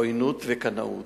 עוינות וקנאות.